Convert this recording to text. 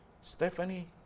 Stephanie